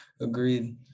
Agreed